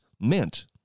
meant